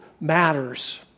matters